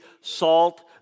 salt